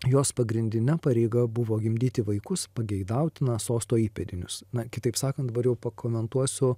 jos pagrindine pareiga buvo gimdyti vaikus pageidautina sosto įpėdinius na kitaip sakant dabar jau pakomentuosiu